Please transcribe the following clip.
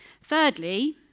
Thirdly